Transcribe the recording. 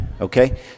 okay